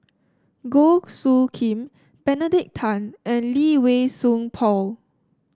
Goh Soo Khim Benedict Tan and Lee Wei Song Paul